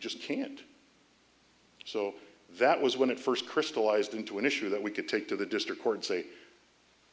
just can't so that was when it first crystallized into an issue that we could take to the district court and say